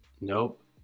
nope